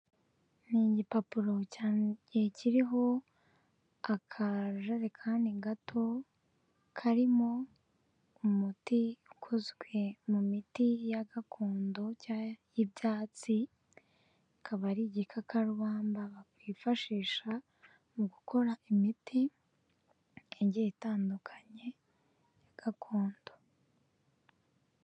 Ni igipapuro kiriho akajerekani gato karimo umuti ukozwe mu miti ya gakondo y'ibyatsi, akaba ari igikakarubamba bakwifashisha mu gukora imiti igiye itandukanye ya gakondo.